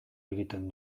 egiten